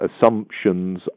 assumptions